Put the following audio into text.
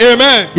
Amen